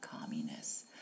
communists